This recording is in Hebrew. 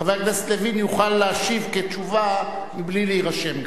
חבר הכנסת לוין יוכל להשיב כתשובה גם בלי להירשם,